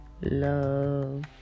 love